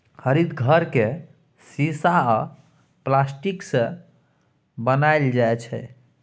हरित घर केँ शीशा आ प्लास्टिकसँ बनाएल जाइ छै